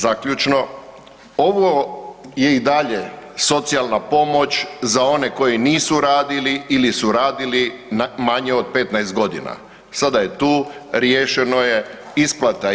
Zaključno, ovo je i dalje socijalna pomoć za one koji nisu radili ili su radili manje od 15 godina, sada je tu riješeno je, isplata ide.